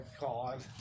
god